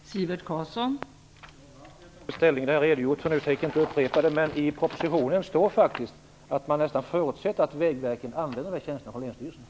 Fru talman! Varför jag har tagit ställning för detta har jag redogjort för, och det tänker jag inte upprepa. I propositionen står faktiskt att man nästan förutsätter att Vägverket använder dessa tjänster på länsstyrelserna.